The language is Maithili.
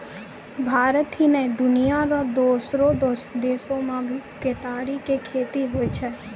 भारत ही नै, दुनिया रो दोसरो देसो मॅ भी केतारी के खेती होय छै